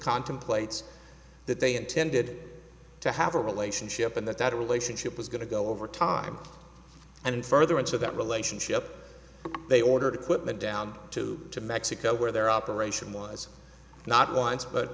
contemplates that they intended to have a relationship and that that relationship was going to go over time and further into that relationship they ordered equipment down to to mexico where their operation was not once but